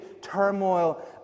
turmoil